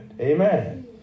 Amen